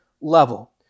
level